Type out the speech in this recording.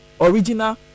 original